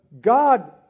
God